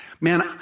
man